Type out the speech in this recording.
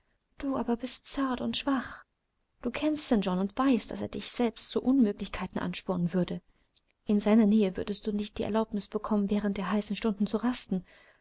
du aber bist zart und schwach du kennst st john und weißt daß er dich selbst zu unmöglichkeiten anspornen würde in seiner nähe würdest du nicht die erlaubnis bekommen während der heißen stunden zu rasten